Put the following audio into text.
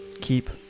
keep